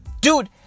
dude